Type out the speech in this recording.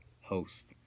host